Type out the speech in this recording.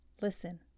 listen